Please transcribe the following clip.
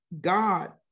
God